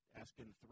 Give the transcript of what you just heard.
asking